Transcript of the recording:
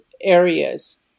areas